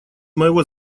моего